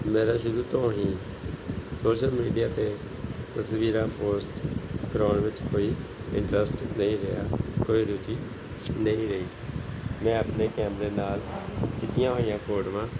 ਮੇਰਾ ਸ਼ੁਰੂ ਤੋਂ ਹੀ ਸੋਸ਼ਲ ਮੀਡੀਆ 'ਤੇ ਤਸਵੀਰਾਂ ਪੋਸਟ ਕਰਾਉਣ ਵਿੱਚ ਕੋਈ ਇੰਟਰਸਟ ਨਹੀਂ ਰਿਹਾ ਕੋਈ ਰੁਚੀ ਨਹੀਂ ਰਹੀ ਮੈਂ ਆਪਣੇ ਕੈਮਰੇ ਨਾਲ ਖਿੱਚੀਆਂ ਹੋਈਆਂ ਫੋਟੋਆਂ